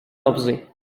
абзый